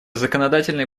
законодательной